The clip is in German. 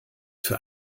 für